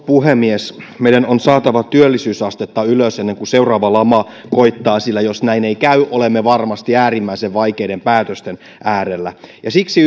puhemies meidän on saatava työllisyysastetta ylös ennen kuin seuraava lama koittaa sillä jos näin ei käy olemme varmasti äärimmäisen vaikeiden päätösten äärellä siksi